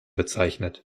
bezeichnet